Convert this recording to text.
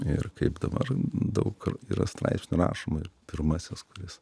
ir kaip dabar daug ir yra straipsnių rašoma ir pirmasis kuris